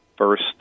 First